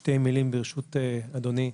שתי מילים, ברשות אדוני,